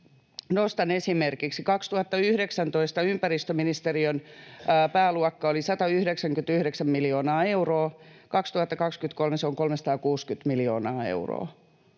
Nostan esimerkiksi, että 2019 ympäristöministeriön pääluokka oli 199 miljoonaa euroa, 2023 se on 360 miljoonaa euroa.